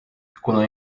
kuna